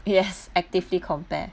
yes actively compare